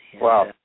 Wow